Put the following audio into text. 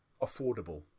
affordable